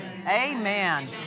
Amen